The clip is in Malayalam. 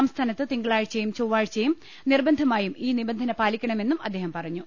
സംസ്ഥാനത്ത് തിങ്കളാഴ്ചയും ചൊവ്വാഴ്ചയും നിർബന്ധ മായും ഈ നിബന്ധന പാലിക്കണമെന്നും അദ്ദേഹം പറഞ്ഞു